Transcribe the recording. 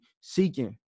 seeking